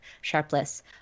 Sharpless